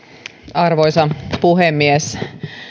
arvoisa puhemies